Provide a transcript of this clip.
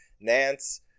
Nance